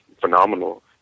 phenomenal